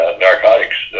narcotics